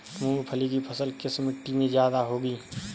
मूंगफली की फसल किस मिट्टी में ज्यादा होगी?